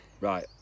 right